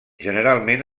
generalment